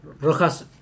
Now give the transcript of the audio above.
Rojas